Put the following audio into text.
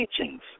teachings